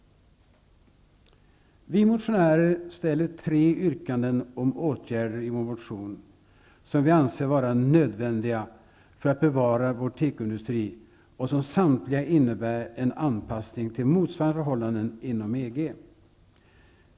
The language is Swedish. Vi motionärer ställer tre yrkanden om åtgärder i vår motion, vilka vi anser vara nödvändiga för att bevara vår tekoindustri och vilka samtliga innebär en anpassning till motsvarande förhållanden inom EG.